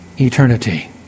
eternity